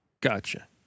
Gotcha